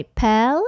pal